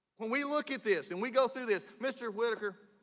when we look at this and we go through this, mr. whitaker,